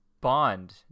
Bond